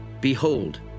Behold